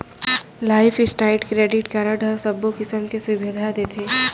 life style credit card ह सबो किसम के सुबिधा देथे